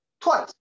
Twice